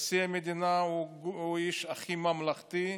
נשיא המדינה הוא האיש הכי ממלכתי,